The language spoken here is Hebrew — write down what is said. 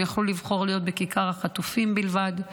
הם יכלו לבחור להיות בכיכר החטופים בלבד,